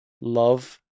love